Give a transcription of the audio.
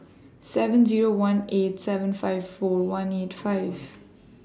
seven Zero one eight seven five four one eight five